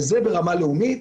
וזה ברמה לאומית,